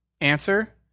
answer